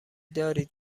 دارید